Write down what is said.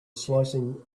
slicing